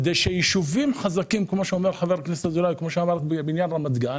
כדי שיישובים חזקים כמו שאומר חבר הכנסת אזולאי לגבי רמת גן